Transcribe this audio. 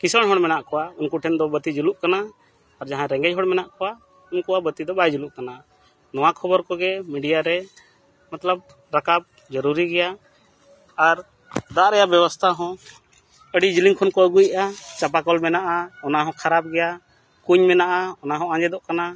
ᱠᱤᱥᱟᱹᱬ ᱦᱚᱲ ᱢᱮᱱᱟᱜ ᱠᱚᱣᱟ ᱩᱱᱠᱩ ᱴᱷᱮᱱ ᱫᱚ ᱵᱟᱹᱛᱤ ᱡᱩᱞᱩᱜ ᱠᱟᱱᱟ ᱟᱨ ᱡᱟᱦᱟᱸᱭ ᱨᱮᱜᱮᱡ ᱦᱚᱲ ᱢᱮᱱᱟᱜ ᱠᱚᱣᱟ ᱩᱱᱠᱩᱣᱟᱜ ᱵᱟᱹᱛᱤ ᱫᱚ ᱵᱟᱭ ᱡᱩᱞᱩᱜ ᱠᱟᱱᱟ ᱱᱚᱣᱟ ᱠᱷᱚᱵᱚᱨ ᱠᱚᱜᱮ ᱢᱤᱰᱤᱭᱟ ᱨᱮ ᱢᱚᱛᱞᱚᱵᱽ ᱨᱟᱠᱟᱵ ᱡᱚᱨᱩᱨᱤ ᱜᱮᱭᱟ ᱟᱨ ᱫᱟᱜ ᱨᱮᱱᱟᱜ ᱵᱮᱵᱚᱥᱛᱷᱟ ᱦᱚᱸ ᱟᱹᱰᱤ ᱡᱤᱞᱤᱧ ᱠᱷᱚᱱ ᱠᱚ ᱟᱹᱜᱩᱭᱮᱜᱼᱟ ᱪᱟᱯᱟ ᱠᱚᱞ ᱢᱮᱱᱟᱜᱼᱟ ᱚᱱᱟ ᱦᱚᱸ ᱠᱷᱟᱨᱟᱯ ᱜᱮᱭᱟ ᱠᱩᱧ ᱢᱮᱱᱟᱜᱼᱟ ᱚᱱᱟ ᱦᱚᱸ ᱟᱸᱡᱮᱫᱚᱜ ᱠᱟᱱᱟ